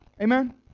Amen